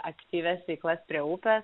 aktyvias veiklas prie upės